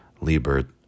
Liebert